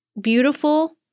beautiful